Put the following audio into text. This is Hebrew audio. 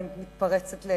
אני מתפרצת,